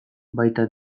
baita